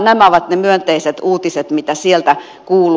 nämä ovat ne myönteiset uutiset mitä sieltä kuuluu